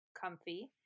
comfy